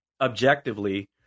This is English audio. objectively